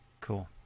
Cool